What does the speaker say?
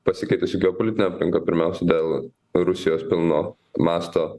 pasikeitusi geopolitinė aplinka pirmiausia dėl rusijos pilno masto